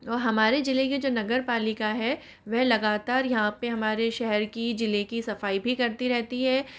और हमारे जिले के जो नगर पालिका है वह लगातार यहाँ पे हमारे शहर की जिले की सफाई भी करती रहती है